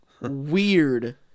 weird